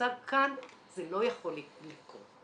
שמוצג כאן זה לא יכול לקרות,